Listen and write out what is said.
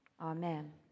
Amen